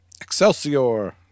Excelsior